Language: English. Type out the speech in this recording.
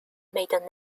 maiden